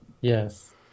Yes